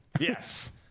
Yes